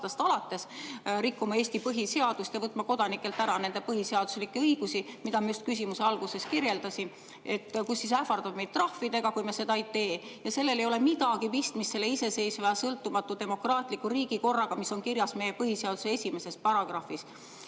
alates rikkuma Eesti põhiseadust ja võtma kodanikelt ära nende põhiseaduslikke õigusi, mida ma just [oma eelmise] küsimuse alguses kirjeldasin. Ähvardab meid trahvidega, kui me seda ei tee. Ja sellel ei ole midagi pistmist selle iseseisva ja sõltumatu demokraatliku riigikorraga, mis on kirjas meie põhiseaduse esimeses paragrahvis. Ikkagi